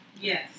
Yes